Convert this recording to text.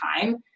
time